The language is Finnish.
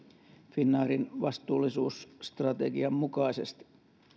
finnairin vastuullisuusstrategian mukaisesti